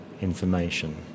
information